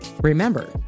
Remember